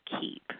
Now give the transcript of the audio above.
keep